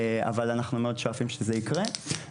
אבל אנחנו מאוד שואפים שזה יקרה.